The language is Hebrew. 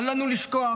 אל לנו לשכוח